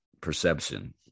Perception